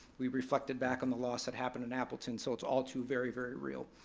we've reflected back on the loss that happened in appleton, so it's all too very very real.